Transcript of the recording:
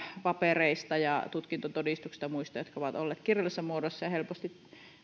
paperit ja tutkintotodistukset ja muut jotka ovat olleet kirjallisessa muodossa ja ehkä myös helposti